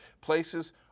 Places